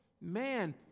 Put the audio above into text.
Man